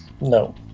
No